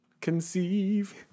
conceive